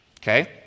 okay